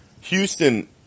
Houston